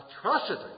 atrocity